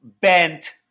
bent